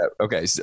Okay